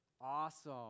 Awesome